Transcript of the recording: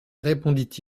répondit